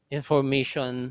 information